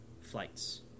flights